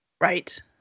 Right